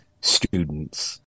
students